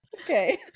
Okay